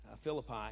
Philippi